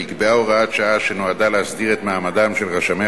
נקבעה הוראת שעה שנועדה להסדיר את מעמדם של רשמי